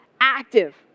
active